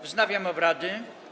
Wznawiam obrady.